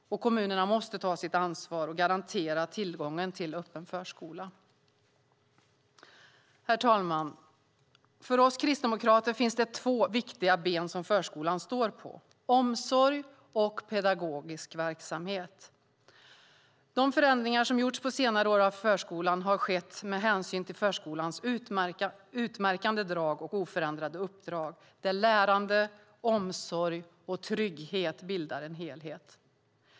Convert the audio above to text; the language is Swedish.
Kommunerna måste ta sitt ansvar och garantera tillgången till en öppen förskola. Herr talman! För oss kristdemokrater är det två viktiga ben som förskolan står på: omsorg och pedagogisk verksamhet. De förändringar som gjorts på senare år av förskolan har skett med hänsyn till förskolans utmärkande drag och oförändrade uppdrag, där lärande, omsorg och trygghet bildar en helhet.